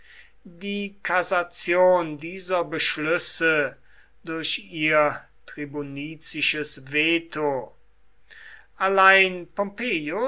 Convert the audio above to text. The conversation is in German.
die kassation dieser beschlüsse durch ihr tribunizisches veto allein